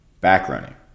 Back-running